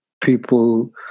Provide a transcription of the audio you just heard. people